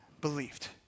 believed